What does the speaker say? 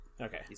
Okay